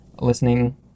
listening